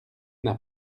n’a